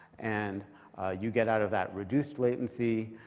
and you get out of that reduced latency,